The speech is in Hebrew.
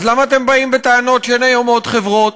אז למה אתם באים בטענות שאין היום עוד חברות,